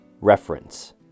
reference